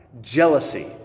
jealousy